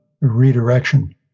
redirection